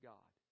God